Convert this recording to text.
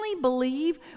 believe